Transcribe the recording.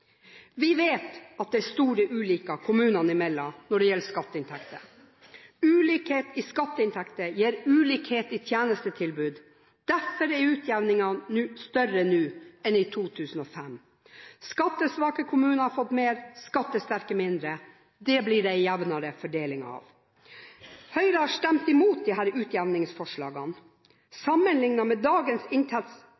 Vi vet at det er store ulikheter kommunene imellom når det gjelder skatteinntekter. Ulikheter i skatteinntekter gir ulikhet i tjenestetilbud. Derfor er utjevningen større nå enn i 2005. Skattesvake kommuner har fått mer, skattesterke mindre. Det blir det en jevnere fordeling av. Høyre har stemt imot disse utjevningsforslagene.